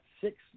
six